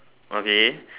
okay